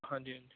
ਹਾਂਜੀ ਹਾਂਜੀ